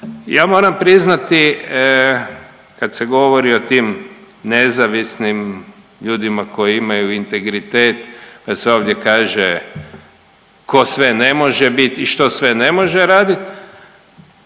Ja moram priznati kad se govori o tim nezavisnim ljudima koji imaju integritet da se ovdje kaže ko sve ne može bit i što sve ne može radit.